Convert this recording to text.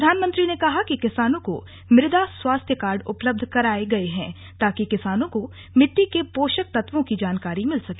प्रधानमंत्री ने कहा कि किसानों को मुदा स्वास्थ्य कार्ड उपलब्ध कराये गये हैं ताकि किसानों को मिट्टी के पोषक तत्वों की जानकारी मिल सके